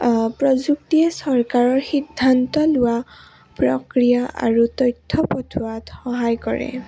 প্ৰযুক্তিয়ে চৰকাৰৰ সিদ্ধান্ত লোৱা প্ৰক্ৰিয়া আৰু তথ্য পঠোৱাত সহায় কৰে